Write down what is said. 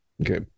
okay